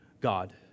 God